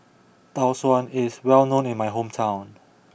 Tau Suan is well known in my hometown